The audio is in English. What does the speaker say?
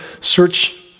search